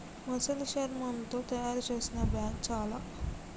మొసలి శర్మముతో తాయారు చేసిన బ్యాగ్ చాల